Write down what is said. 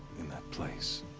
in that place.